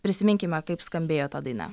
prisiminkime kaip skambėjo ta daina